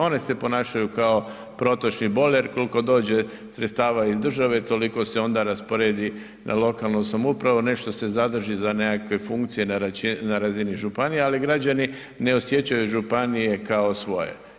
One se ponašaju kao protočni bojler, koliko dođe sredstava iz države toliko se onda rasporedi na lokalnu samoupravu, nešto se zadrži za nekakve funkcije na razini županije, ali građani ne osjećaju županije kao svoje.